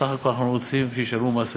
בסך הכול אנחנו רוצים שישלמו מס אמת.